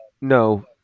No